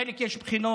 לחלק יש בחינות,